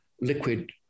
liquid